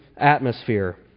atmosphere